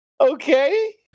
Okay